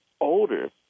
older